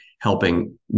Helping